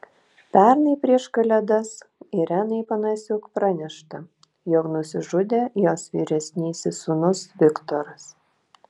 pernai prieš kalėdas irenai panasiuk pranešta jog nusižudė jos vyresnysis sūnus viktoras